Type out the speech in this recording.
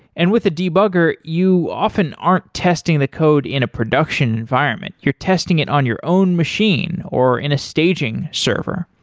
and with the debugger, you often aren't testing the code in a production environment. you're testing it on your own machine or in a staging server.